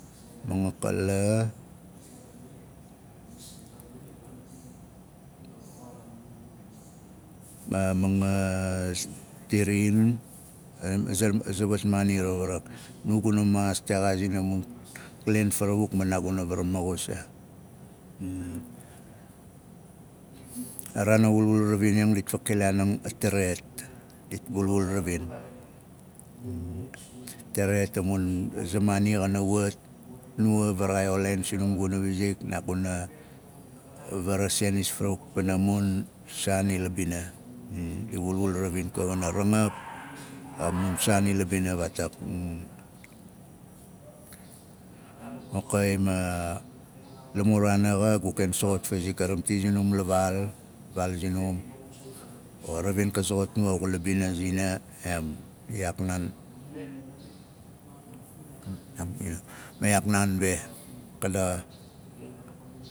Mangakala ma mangatirin aza aza wat maani rawarak nu guna maas texaazin a mun klen farawuk ma naaguna vara maxus aa a raan a wulwul ravining dit fakilaaning a tavet dit pulwul ravin taret a mun aza maanixana wat nuwa varaxai ol laain sinum guna wizik naaguna varasenis farawuk pana mun saan ila bina di wulwul ravin wana rangap ma mun saan ila bina waatak okai ma la muraana xa gu ken soxot fa eizik a ramti sinum la vaal vaal sinum o ramti xa soxot nuwa xula bina zina em ma iyaak naan be ka daxa.